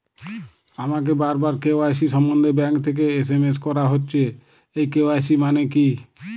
আমাকে বারবার কে.ওয়াই.সি সম্বন্ধে ব্যাংক থেকে এস.এম.এস করা হচ্ছে এই কে.ওয়াই.সি মানে কী?